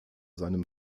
seinem